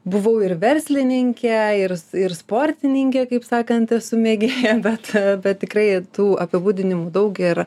buvau ir verslininkė ir ir sportininkė kaip sakant esu mėgėja bet bet tikrai tų apibūdinimų daug yra